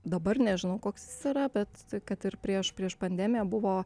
dabar nežinau koks jis yra bet kad ir prieš prieš pandemiją buvo